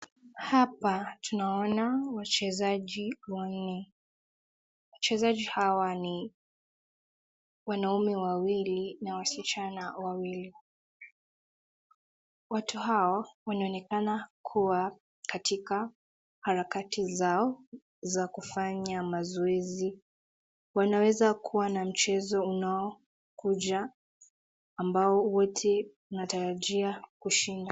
Hapa tunaona wachezaji wanne. Wachezaji hawa ni wanaume wawili na wasichana wawili. Watu hao wanaonekana kuwa katika harakati zao za kufanya mazoezi. Wanaweza kuwa na mchezo unaokuja ambao wote wanatarajia kushinda.